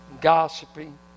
gossiping